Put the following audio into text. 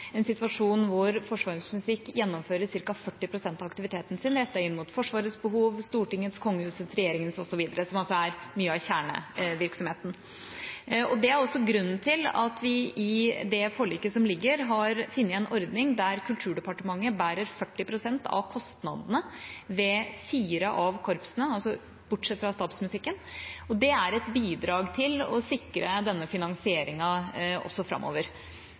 en situasjon hvor Forsvarets musikk gjennomfører ca. 40 pst. av sin aktivitet rettet inn mot Forsvarets behov – og Stortingets, kongehusets, regjeringas osv. – som altså er mye av kjernevirksomheten. Det er også grunnen til at vi i det forliket som ligger, har funnet en ordning der Kulturdepartementet bærer 40 pst. av kostnadene ved fire av korpsene, altså bortsett fra Stabsmusikken, og det er et bidrag til å sikre denne finanseringen også framover.